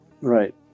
Right